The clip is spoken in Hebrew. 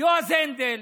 יועז הנדל